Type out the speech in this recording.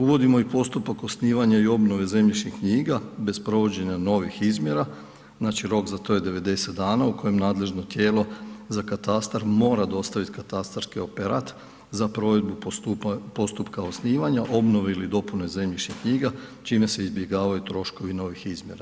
Uvodimo i postupak osnivanja i obnove zemljišnih knjiga bez provođenja novih izmjera, znači rok za to je 90 dana u kojem nadležno tijelo za katastar mora dostaviti katastarski operat za provedbu postupka osnivanja, obnove ili dopune zemljišnih knjiga čim se izbjegavaju troškovi novih izmjera.